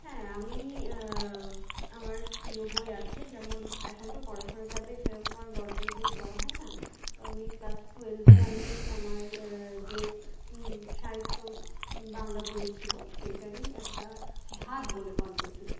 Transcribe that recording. হ্যাঁ আমি আমার প্রিয় বই আছে যেমন এখন তো পড়াশোনার চাপে সেরকম আর গল্পের বই পড়া হয় না তো আমি ক্লাস টুয়েলভে আমি আমার যে সাহিত্য বাংলা বই ছিলো সেইটারই একটা ভাত বলে গল্প ছিলো